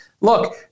Look